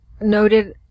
noted